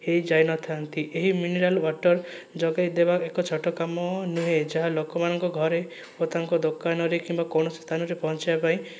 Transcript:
ହୋଇଯାଇନଥାନ୍ତି ଏହି mineral water ଯୋଗାଇଦେବା ଏକ ଛୋଟ କାମ ନୁହେଁ ଯାହା ଲୋକମାନଙ୍କ ଘରେ ଓ ତାଙ୍କ ଦୋକାନରେ କିମ୍ବା କୌଣସି ସ୍ଥାନରେ ପହଞ୍ଚିବାପାଇଁ